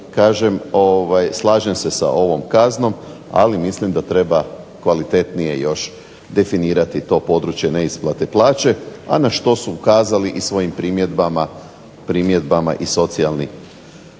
kažem slažem se sa ovom kaznom, ali mislim da treba kvalitetnije još definirati to područje neisplate plaće, a na što su ukazali i svojim primjedbama i socijalni